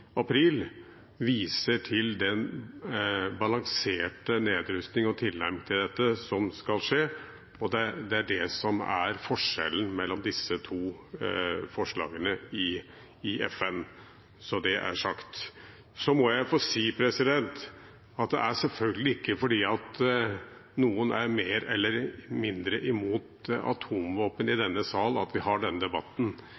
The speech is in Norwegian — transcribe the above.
april, viser til den balanserte nedrustning og tilnærming til dette som skal skje. Det er det som er forskjellen mellom disse to forslagene i FN – så det er sagt. Så må jeg få si at det selvfølgelig ikke er fordi noen er mer eller mindre imot atomvåpen i